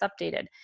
updated